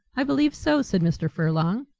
i believe so, said mr. furlong.